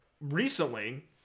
recently